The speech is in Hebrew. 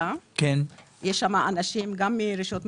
יש שם אנשים גם מרשויות מקומיות,